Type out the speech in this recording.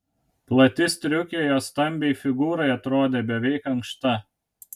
plati striukė jos stambiai figūrai atrodė beveik ankšta